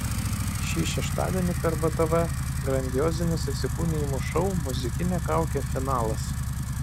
šį šeštadienį per btv grandiozinis įsikūnijimų šou muzikinė kaukė finalas